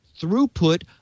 throughput